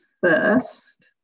first